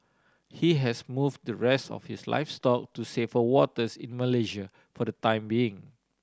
he has moved the rest of his livestock to safer waters in Malaysia for the time being